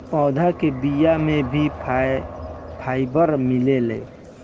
पौधा के बिया में भी फाइबर मिलेला